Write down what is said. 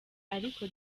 ariko